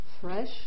fresh